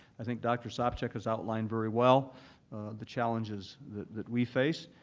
i think dr. sopcich has outlined very well the challenges that that we face,